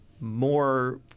more